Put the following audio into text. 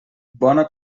bona